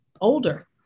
older